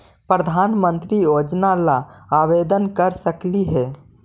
प्रधानमंत्री योजना ला आवेदन कर सकली हे?